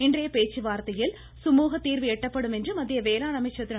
இன்றைய பேச்சுவார்த்தையில் சுமூக தீர்வு எட்டப்படும் என்று மத்திய வேளாண் அமைச்சர் திரு